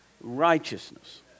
righteousness